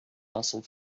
muscle